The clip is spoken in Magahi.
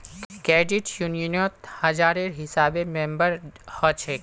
क्रेडिट यूनियनत हजारेर हिसाबे मेम्बर हछेक